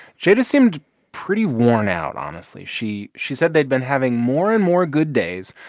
jada seemed pretty worn out, honestly. she she said they'd been having more and more good days,